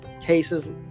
cases